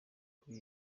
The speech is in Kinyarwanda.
kuri